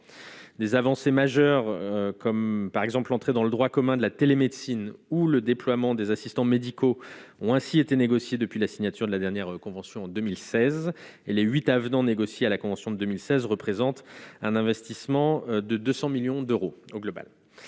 des avancées majeures, comme par exemple l'entrée dans le droit commun de la télémédecine ou le déploiement des assistants médicaux ont ainsi été négocié depuis la signature de la dernière convention 2016 et le 8 avenants négocié à la convention de 2016 représente un investissement de 200 millions d'euros au global,